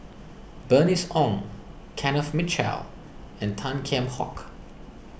Bernice Ong Kenneth Mitchell and Tan Kheam Hock